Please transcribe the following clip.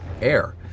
air